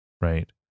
Right